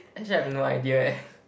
actually I've no idea eh